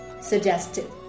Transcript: suggested